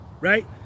right